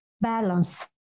balance